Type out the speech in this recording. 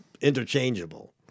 interchangeable